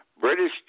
British